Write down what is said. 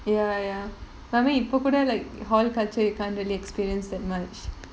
ya ya I mean இப்போ கூட:ippo kooda like hall culture you can't really experience that much